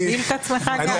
עצמי.